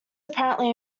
apparently